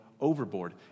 overboard